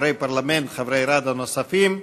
חברי פרלמנט, חברי ראדה נוספים,